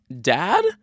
dad